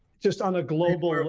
just on a global